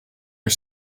are